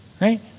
right